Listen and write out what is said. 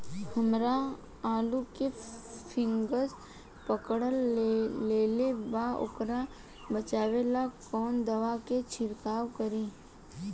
हमरा आलू में फंगस पकड़ लेले बा वोकरा बचाव ला कवन दावा के छिरकाव करी?